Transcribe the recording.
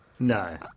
No